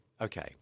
okay